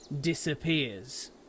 disappears